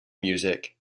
music